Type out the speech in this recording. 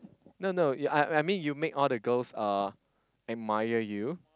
no no you I I mean you make all the girls uh admire you